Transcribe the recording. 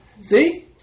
See